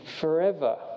forever